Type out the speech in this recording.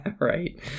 right